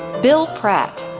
bill pratt,